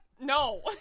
No